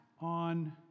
on